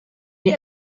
est